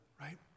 right